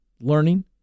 learning